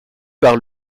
par